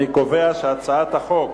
אני קובע שהצעת החוק